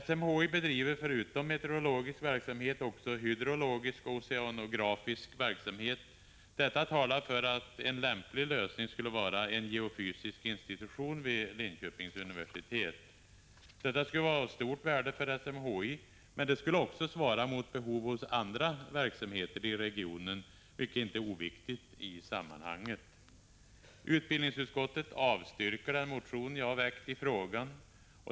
SMHI bedriver förutom meteorologisk verksamhet också hydrologisk och oceanografisk verksamhet. Detta talar för att en lämplig lösning skulle vara en geofysisk institution vid Linköpings universitet. Detta skulle vara av stort värde för SMHI, men det skulle också svara mot behov hos andra verksamheter i regionen, vilket inte är oviktigt i sammanhanget. Utbildningsutskottet avstyrker den motion jag har väckt i frågan.